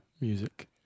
music